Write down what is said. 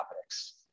topics